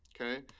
okay